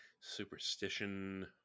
Superstition